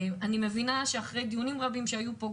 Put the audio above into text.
אני מבינה שאחרי דיונים רבים שהיו פה,